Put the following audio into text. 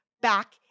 back